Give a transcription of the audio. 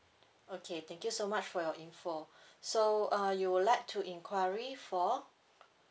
okay thank you so much for your info so uh you will like to inquiry for